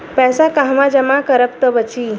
पैसा कहवा जमा करब त बची?